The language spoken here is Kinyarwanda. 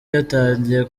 yatangiye